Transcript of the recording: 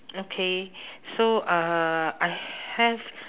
okay so uh I have